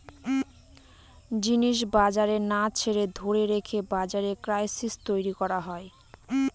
জিনিস বাজারে না ছেড়ে ধরে রেখে বাজারে ক্রাইসিস তৈরী করা হয়